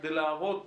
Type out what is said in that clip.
כדי להראות